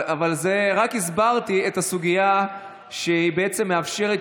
רק הסברתי את הסוגיה שבעצם מאפשרת